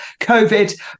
COVID